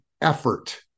effort